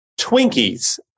Twinkies